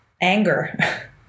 anger